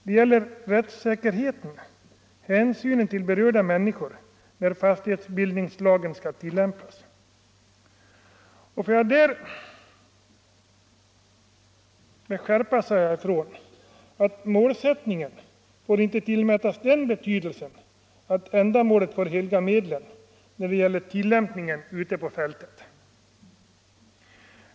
De gäller rättssäkerheten, hänsynen till berörda människor när fastighetsbildningslagen skall tillämpas. Och får jag där med skärpa säga ifrån att målsättningen inte skall tillmätas den betydelsen att ändamålet får helga medlen då det gäller tillämpningen ute på fältet.